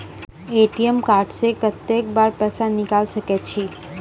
ATM card से कत्तेक बेर पैसा निकाल सके छी?